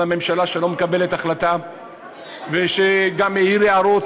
הממשלה שלא מקבלת החלטה וגם העיר הערות,